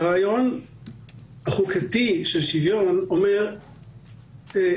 הרעיון החוקתי של שוויון אומר שוויון